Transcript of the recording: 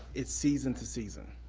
it's season to season.